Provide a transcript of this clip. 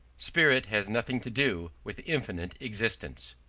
spirit has nothing to do with infinite existence.